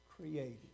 created